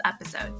episode